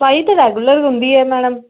ਸਫ਼ਾਈ ਤਾਂ ਰੈਗੂਲਰ ਹੁੰਦੀ ਹੈ ਮੈਡਮ